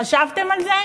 חשבתם על זה?